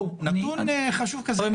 נתון חשוב כזה --- חברים,